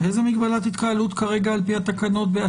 איזה מגבלת התקהלות כרגע על פי התקנות?